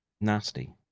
nasty